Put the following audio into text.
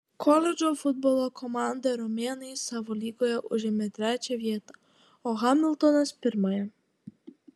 koledžo futbolo komanda romėnai savo lygoje užėmė trečią vietą o hamiltonas pirmąją